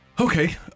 Okay